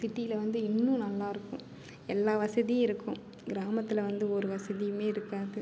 சிட்டியில் வந்து இன்னும் நல்லாயிருக்கும் எல்லா வசதியும் இருக்கும் கிராமத்தில் வந்து ஒரு வசதியும் இருக்காது